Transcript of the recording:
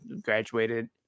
graduated